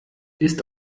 ist